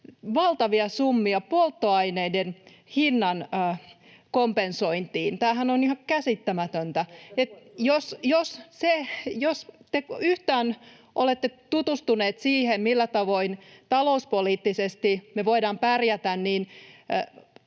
valtavia summia? Polttoaineiden hinnan kompensointiin. Tämähän on ihan käsittämätöntä. [Jari Ronkaisen välihuuto] Jos te yhtään olette tutustuneet siihen, millä tavoin me voidaan talouspoliittisesti pärjätä, niin